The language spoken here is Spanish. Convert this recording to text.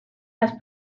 las